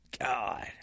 God